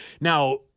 now